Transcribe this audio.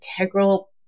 integral